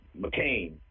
McCain